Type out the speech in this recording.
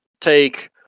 take